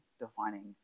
defining